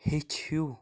ہیٚچھِو